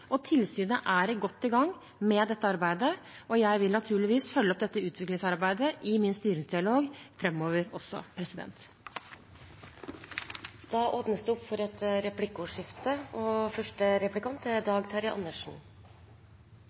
og tilsynet er godt i gang med dette arbeidet. Jeg vil naturligvis følge opp dette utviklingsarbeidet i min styringsdialog framover også. Det blir replikkordskifte.